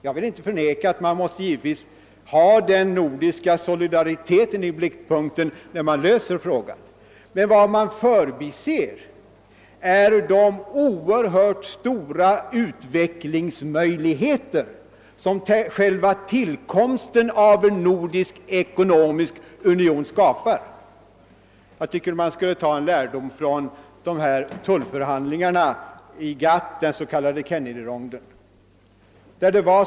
Jag vill inte förneka att man givetvis måste ha den nordiska solidariteten i blickpunkten när man löser denna fråga, men vad man förbiser är de oerhört stora utvecklingsmöjligheter som själva tillkomsten av en nordisk ekonomisk union skapar. Man borde ta lärdom av tullförhandlingarna i GATT, den s.k. Kennedyronden.